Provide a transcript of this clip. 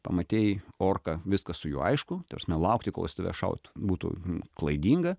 pamatei orką viskas su juo aišku ta prasme laukti kol jis tave šaut būtų klaidinga